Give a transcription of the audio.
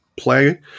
play